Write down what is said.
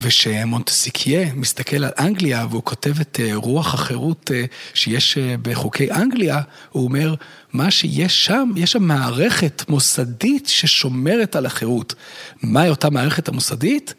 ושמונטסקייה מסתכל על אנגליה, והוא כותב את רוח החירות שיש בחוקי אנגליה, הוא אומר, מה שיש שם, יש שם מערכת מוסדית ששומרת על החירות. מה היא אותה מערכת המוסדית?